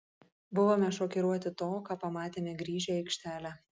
buvome šokiruoti to ką pamatėme grįžę į aikštelę